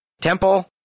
temple